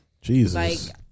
Jesus